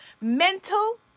mental